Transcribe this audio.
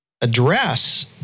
address